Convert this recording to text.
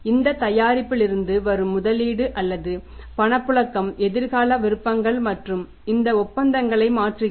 இந்த தயாரிப்புகளிலிருந்து வரும் முதலீடு அல்லது பணப்புழக்கம் எதிர்கால விருப்பங்கள் மற்றும் இந்த ஒப்பந்தங்களை மாற்றுகிறது